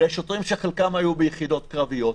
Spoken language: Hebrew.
אלה שוטרים שחלקם היו ביחידות קרביות,